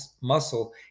muscle